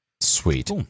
Sweet